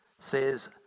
Says